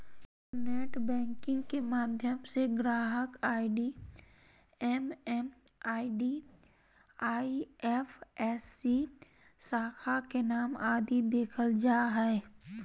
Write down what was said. internet banking के माध्यम से ग्राहक आई.डी एम.एम.आई.डी, आई.एफ.एस.सी, शाखा के नाम आदि देखल जा हय